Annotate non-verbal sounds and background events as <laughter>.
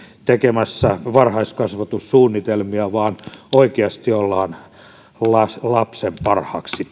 tekemässä varhaiskasvatussuunnitelmia vaan oikeasti ollaan lapsen parhaaksi <unintelligible>